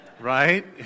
Right